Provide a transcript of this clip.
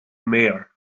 mayor